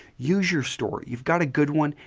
use your story. you've got a good one,